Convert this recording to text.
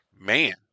man